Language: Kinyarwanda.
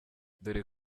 dore